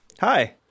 Hi